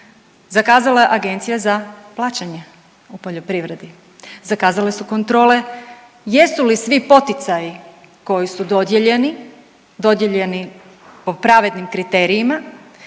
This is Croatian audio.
zakazala je Agencija za plaćanje u poljoprivredi, zakazale su kontrole. Jesu li svi poticaji koji su dodijeljeni, dodijeljeni po pravednim kriterijima